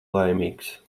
laimīgs